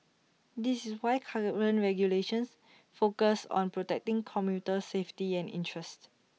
this is why current regulations focus on protecting commuter safety and interests